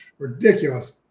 Ridiculous